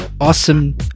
awesome